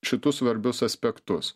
šitus svarbius aspektus